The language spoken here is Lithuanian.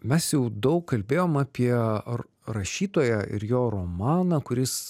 mes jau daug kalbėjom apie r rašytoją ir jo romaną kuris